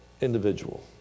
individual